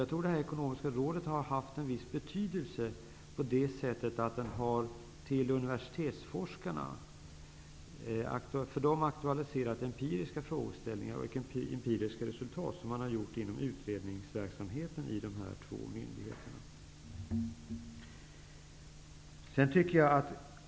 Jag tror att det Ekonomiska rådet har haft en viss betydelse så till vida att rådet har för universitetsforskarna aktualiserat empiriska frågor och resultat från utredningsverksamheten inom dessa myndigheter.